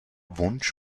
wunsch